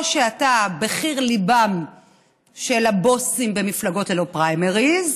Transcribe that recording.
או שאתה בחיר ליבם של הבוסים במפלגות ללא פריימריז,